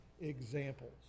examples